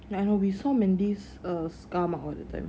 like um we saw mandy scar marks all the time